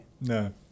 no